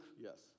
Yes